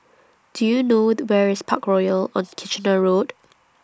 Do YOU know Where IS Parkroyal on Kitchener Road